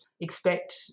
expect